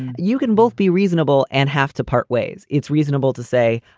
you can both be reasonable and have to part ways. it's reasonable to say,